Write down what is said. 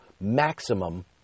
maximum